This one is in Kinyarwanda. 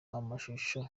amashusho